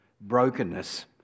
brokenness